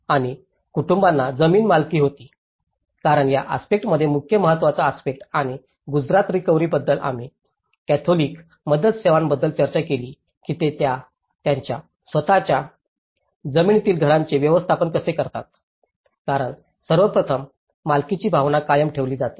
आणि कुटुंबांना जमीन मालकी होती कारण या आस्पेक्टसमध्ये मुख्य महत्वाचा आस्पेक्टस आणि गुजरात रिकव्हरीबद्दलही आम्ही कॅथोलिक मदत सेवांबद्दल चर्चा केली की ते त्यांच्या स्वत च्या जमिनीतील घरांचे व्यवस्थापन कसे करतात कारण सर्व प्रथम मालकीची भावना कायम ठेवली जाते